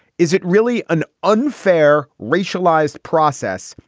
is it really an unfair racialized process?